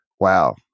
Wow